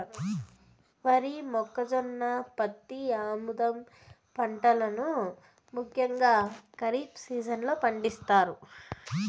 వరి, మొక్కజొన్న, పత్తి, ఆముదం పంటలను ముఖ్యంగా ఖరీఫ్ సీజన్ లో పండిత్తారు